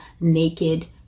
naked